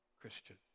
Christian